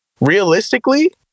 Realistically